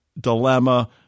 dilemma